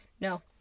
no